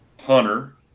Hunter